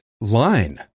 line